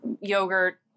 yogurt